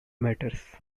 matters